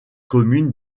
communes